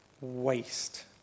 waste